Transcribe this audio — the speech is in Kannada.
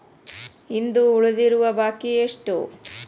ಇಂದು ಉಳಿದಿರುವ ಬಾಕಿ ಎಷ್ಟು?